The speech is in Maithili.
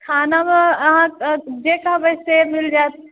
खानामे अहाँजे कहबै से मिल जायत